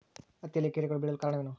ಹತ್ತಿಯಲ್ಲಿ ಕೇಟಗಳು ಬೇಳಲು ಕಾರಣವೇನು?